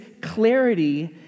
clarity